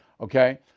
Okay